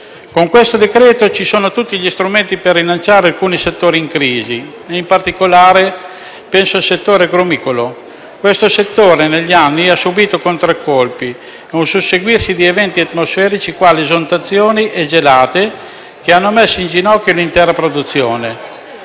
Con questo provvedimento ci sono tutti gli strumenti per rilanciare alcuni settori in crisi. Penso, in particolare, al settore agrumicolo, che negli anni ha subìto contraccolpi e un susseguirsi di eventi atmosferici, quali esondazioni e gelate, che hanno messo in ginocchio l'intera produzione,